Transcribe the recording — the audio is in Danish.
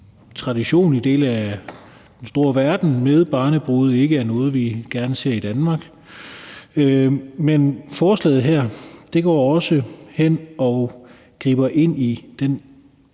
tradition i dele af den store verden med barnebrude ikke noget, vi gerne ser i Danmark. Men forslaget her griber også ind i den